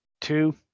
two